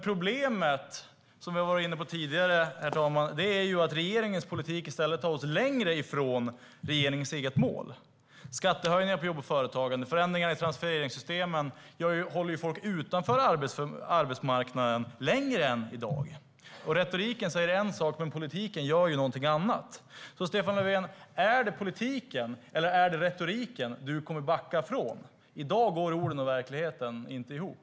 Problemet, som vi har varit inne på tidigare, herr talman, är att regeringens politik i stället tar oss längre från regeringens eget mål. Skattehöjningar på jobb och företagande och förändringar i transfereringssystemen håller folk utanför arbetsmarknaden längre än i dag. Retoriken säger en sak, men politiken gör någonting annat. Är det politiken eller retoriken du kommer att backa från, Stefan Löfven? I dag går orden och verkligheten inte ihop.